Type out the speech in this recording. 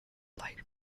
light